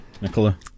Nicola